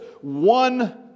one